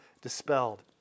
dispelled